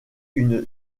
une